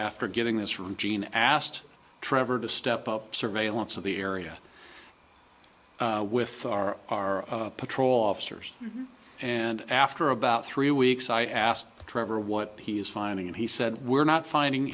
after getting this from gene asked trevor to step up surveillance of the area with our patrol officers and after about three weeks i asked trevor what he is finding and he said we're not finding